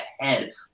ahead